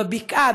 בבקעה,